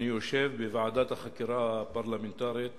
אני יושב בוועדת החקירה הפרלמנטרית